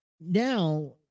now